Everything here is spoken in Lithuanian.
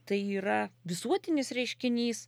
tai yra visuotinis reiškinys